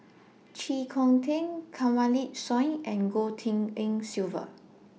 Chee Kong Tet Kanwaljit Soin and Goh Tshin En Sylvia